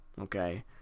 Okay